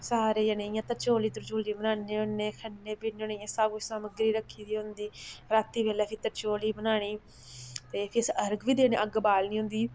सारे जने इयां त्रचौली त्रुचौली बनान्ने होन्ने खन्ने पीन्ने होन्ने इ'यां सब कुछ समग्गरी रक्खी दी होंदी रातीं बेल्लै फ्ही त्रीचोली बनानी ते फ्ही अस अर्ग बी देने अग्ग बालनी होंदी